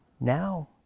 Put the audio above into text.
now